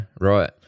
Right